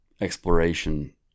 exploration